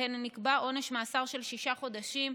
שבהן נקבע עונש מאסר של שישה חודשים,